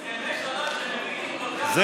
הסכמי שלום שמביאים כל כך הרבה הרס,